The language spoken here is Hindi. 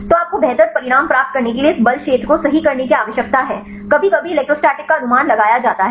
तो आपको बेहतर परिणाम प्राप्त करने के लिए इस बल क्षेत्र को सही करने की आवश्यकता है कभी कभी इलेक्ट्रोस्टैटिक का अनुमान लगाया जाता है